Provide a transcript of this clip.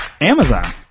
Amazon